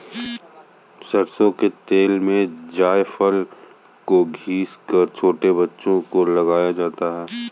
सरसों के तेल में जायफल को घिस कर छोटे बच्चों को लगाया जाता है